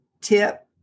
tip